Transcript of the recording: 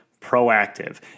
proactive